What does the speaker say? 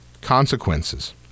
consequences